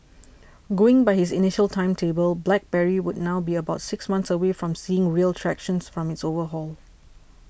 going by his initial timetable BlackBerry would now be about six months away from seeing real traction from its overhaul